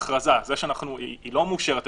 כל הכרזה זה 14 יום, נקודה.